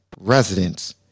residents